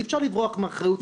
אי-אפשר לברוח מהאחריות.